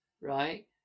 right